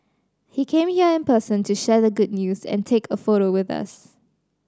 he came here in person to share the good news and take a photo with us